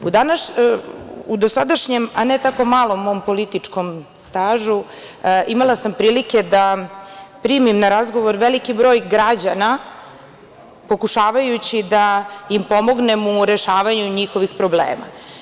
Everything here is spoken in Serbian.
U dosadašnjem, a ne tako malom mom političkom stažu imala sam prilike da primim na razgovor veliki broj građana, pokušavajući da im pomognem u rešavanju njihovih problema.